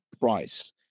price